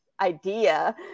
idea